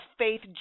faith